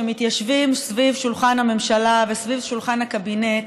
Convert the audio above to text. כשמתיישבים סביב שולחן הממשלה וסביב שולחן הקבינט,